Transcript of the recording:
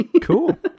Cool